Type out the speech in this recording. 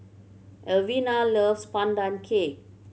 Alvina loves Pandan Cake